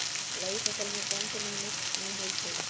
रबी फसल कोंन कोंन महिना में होइ छइ?